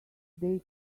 they